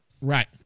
Right